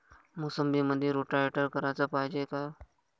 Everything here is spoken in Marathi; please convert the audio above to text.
मोसंबीमंदी रोटावेटर कराच पायजे का?